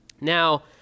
Now